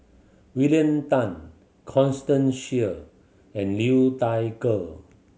William Tan Constance Sheare and Liu Thai Ker